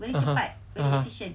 (uh huh) (uh huh)